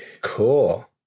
Cool